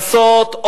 מה לעשות,